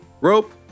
Rope